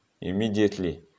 immediately